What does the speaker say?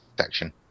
section